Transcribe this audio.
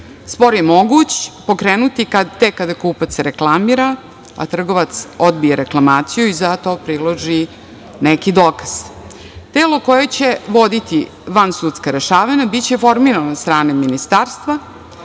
Spor je moguć pokrenuti tek kada kupac se reklamira, a trgovac odbije reklamaciju i za to priloži neki dokaz. Telo koje će voditi vansudska rešavanja biće formiran od strane Ministarstva,